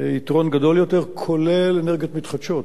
ליתרון גדול יותר, כולל אנרגיות מתחדשות,